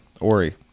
Ori